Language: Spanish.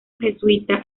jesuita